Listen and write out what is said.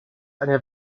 eine